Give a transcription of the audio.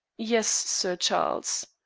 yes, sir charles.